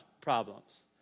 problems